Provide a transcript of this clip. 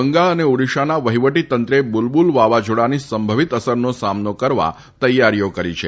બંગાળ અને ઓડીશાના વહિવટીતંત્રે બુલબુલ વાવાઝોડાની સંભવીત અસરનો સામનો કરવા તૈયારીઓ કરી છે